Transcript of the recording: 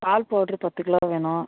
பால் powder பத்து kilo வேணும்